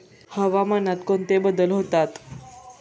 हवामानात कोणते बदल होतात?